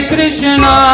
Krishna